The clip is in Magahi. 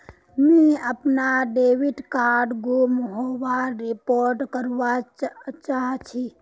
मुई अपना डेबिट कार्ड गूम होबार रिपोर्ट करवा चहची